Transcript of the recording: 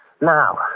Now